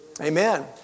Amen